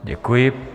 Děkuji.